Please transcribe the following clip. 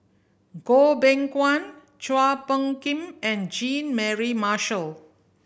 Goh Beng Kwan Chua Phung Kim and Jean Mary Marshall